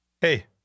hey